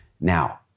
now